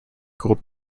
gold